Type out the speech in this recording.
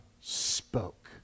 spoke